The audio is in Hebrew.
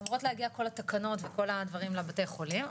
אמורות להגיע כל התקנות וכל הדברים לבתי חולים,